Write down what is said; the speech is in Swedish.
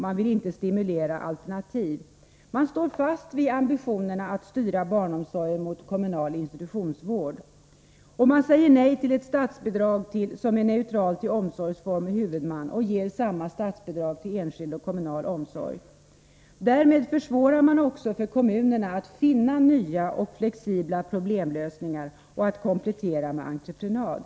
Man vill inte stimulera alternativ. Man står fast vid ambitionerna att styra barnomsorgen mot kommunal institutionsvård. Man säger nej till ett statsbidrag som är neutralt beträffande omsorgsform och huvudman och ger samma statsbidrag till enskild och kommunal barnomsorg. Därmed försvårar man också för kommunerna att finna nya och flexibla problemlösningar och att komplettera med entreprenad.